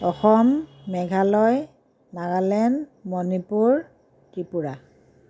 Assam Meghalaya Nagaland Manipur Tripura